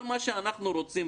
כל מה שאנחנו רוצים,